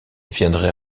viendrait